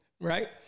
right